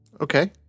okay